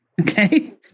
Okay